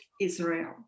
Israel